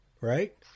right